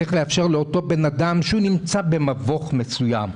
צריך לאפשר לאדם שנמצא במבוך מסוים,